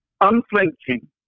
unflinching